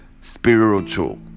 spiritual